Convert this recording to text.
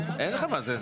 אין לך בזה.